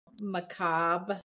macabre